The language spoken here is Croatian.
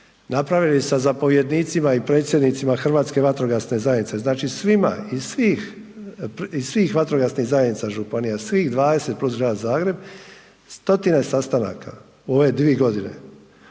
napravili sa zapovjednicima i predsjednicima Hrvatske vatrogasne zajednice, znači svima iz svih vatrogasnih zajednica, županija, svih 20 plus Grad Zagreb, stotine sastanaka u ove 2 godine